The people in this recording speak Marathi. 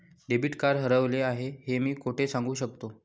डेबिट कार्ड हरवले आहे हे मी कोठे सांगू शकतो?